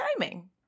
timing